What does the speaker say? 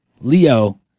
Leo